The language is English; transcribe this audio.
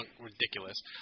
Ridiculous